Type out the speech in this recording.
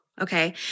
okay